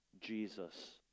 jesus